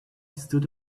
stood